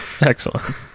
Excellent